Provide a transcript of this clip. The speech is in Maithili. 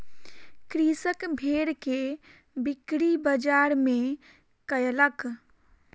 कृषक भेड़ के बिक्री बजार में कयलक